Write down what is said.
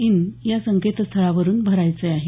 in या संकेतस्थळावरून भरायचे आहेत